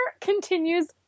continues